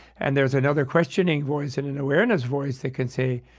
and there's another questioning voice and an awareness voice that can say,